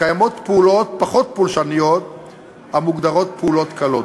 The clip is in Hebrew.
קיימות פעולות פחות פולשניות המוגדרות פעולות קלות,